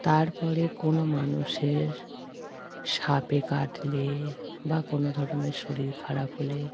তার পরে কোনো মানুষের সাপে কাটলে বা কোনো ধরনের শরীর খারাপ হলে